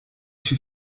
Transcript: she